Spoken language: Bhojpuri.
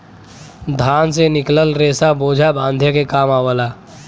धान से निकलल रेसा बोझा बांधे के काम आवला